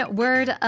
word